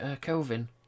Kelvin